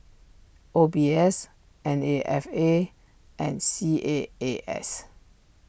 O B S N A F A and C A A S